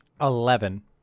Eleven